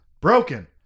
broken